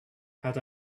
had